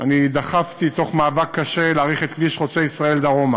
דחפתי במאבק קשה להאריך את כביש חוצה-ישראל דרומה.